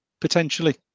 potentially